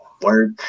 work